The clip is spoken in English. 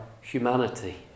humanity